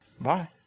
bye